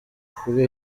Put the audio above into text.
kuri